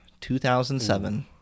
2007